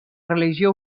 religió